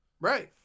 right